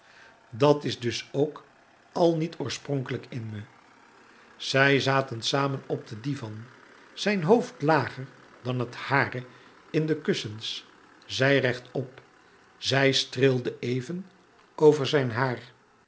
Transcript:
dat is dus ook al niet oorspronkelijk in me louis couperus metamorfoze zij zaten samen op den divan zijn hoofd lager dan het hare in de kussens zij rechtop zij streelde even over zijn haar